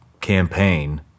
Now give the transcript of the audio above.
campaign